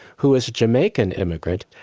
who is a jamaican immigrant.